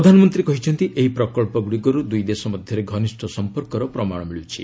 ପ୍ରଧାନମନ୍ତ୍ରୀ କହିଛନ୍ତି ଏହି ପ୍ରକଳ୍ପଗୁଡ଼ିକରୁ ଦୁଇ ଦେଶ ମଧ୍ୟରେ ଘନିଷ୍ଠ ସମ୍ପର୍କର ପ୍ରମାଣ ମିଳୁଛି